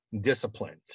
disciplined